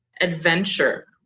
adventure